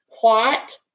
plot